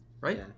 Right